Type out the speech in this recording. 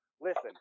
Listen